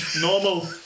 normal